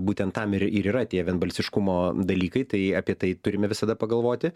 būtent tam ir ir yra tie vienbalsiškumo dalykai tai apie tai turime visada pagalvoti